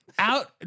Out